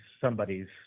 somebody's